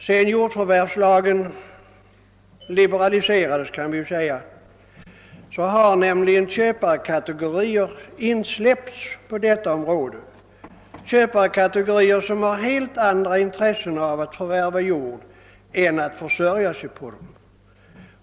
Sedan jordförvärvslagen liberaliserades har nämligen på detta område släppts in köparkategorier som har helt andra intressen av att förvärva jord än att försörja sig på den.